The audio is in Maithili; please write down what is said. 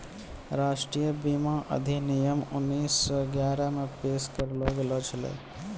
राष्ट्रीय बीमा अधिनियम उन्नीस सौ ग्यारहे मे पेश करलो गेलो छलै